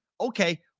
Okay